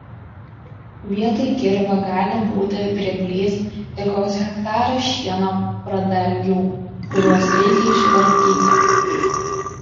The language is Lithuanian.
vietoj kirvio gali būti grėblys ir koks hektaras šieno pradalgių kuriuos reikia išvartyti